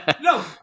No